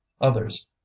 Others